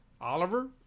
Oliver